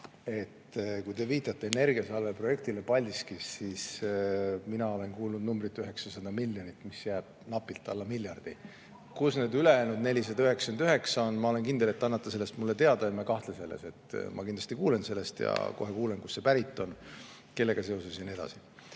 Kui te viitate energiasalveprojektile Paldiskis, siis mina olen kuulnud numbrit 900 miljonit, mis jääb napilt alla miljardi. (Hääl saalis.) Kus need ülejäänud 499 on? Ma olen kindel, et te annate sellest mulle teada. Ma ei kahtle selles, et ma kindlasti kuulen sellest ja kuulen, kust see pärit on, kellega seoses ja